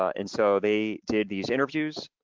and so they did these interviews,